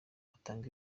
batange